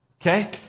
okay